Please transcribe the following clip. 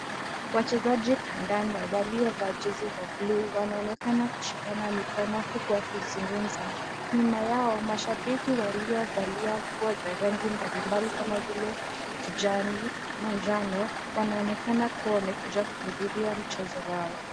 Wachezaji kandanda waliovaa jezi za buluu wanaonekana kushikana mikono huku wakizungumza. Nyuma yao, mashabiki waliovalia nguo za rangi mbalimbali kama vile kijani, manjano wanaonekana kuwa wamekuja kuhudhuria mchezo wao.